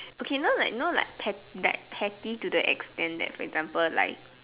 okay know like know like petty to the extent that for example like